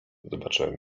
zobaczyłem